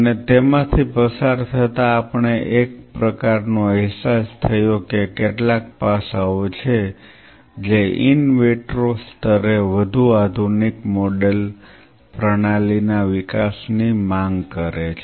અને તેમાંથી પસાર થતાં આપણે એક પ્રકારનો અહેસાસ થયો કે કેટલાક પાસાઓ છે જે ઈન વિટ્રો સ્તરે વધુ આધુનિક મોડેલ પ્રણાલી ના વિકાસની માંગ કરે છે